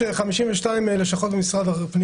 משרד הפנים